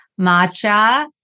matcha